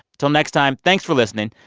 till next time, thanks for listening.